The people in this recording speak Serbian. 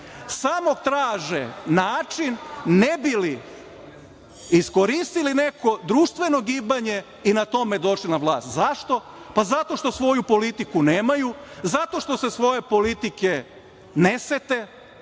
Samo traže način ne bi li iskoristili neko društveno gibanje i na tome došli na vlast. Zašto? Pa, zato što svoju politiku nemaju, zato što se svoje politike ne sete,